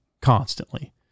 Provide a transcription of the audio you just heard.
constantly